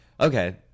Okay